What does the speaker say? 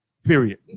Period